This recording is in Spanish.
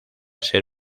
ser